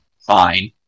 fine